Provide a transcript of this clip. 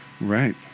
Right